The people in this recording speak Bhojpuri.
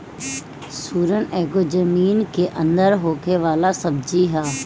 सुरन एगो जमीन के अंदर होखे वाला सब्जी हअ